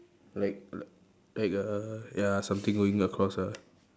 like l~ like uh ya something going across ah